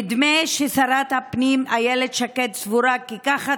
נדמה ששרת הפנים אילת שקד סבורה כי ככה